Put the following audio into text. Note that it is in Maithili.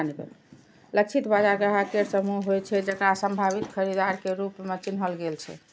लक्षित बाजार ग्राहक केर समूह होइ छै, जेकरा संभावित खरीदार के रूप मे चिन्हल गेल छै